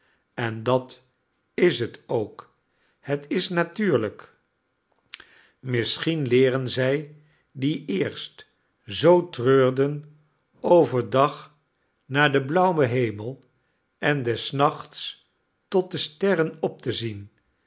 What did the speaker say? en dat is het ook het is natuurlijk misschien leeren zij die eerst zoo treurden overdag naar den blauwen hemel en des nachts tot de sterren op te zien